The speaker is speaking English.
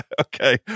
Okay